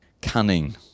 cunning